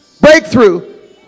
breakthrough